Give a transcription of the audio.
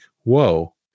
whoa